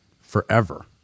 forever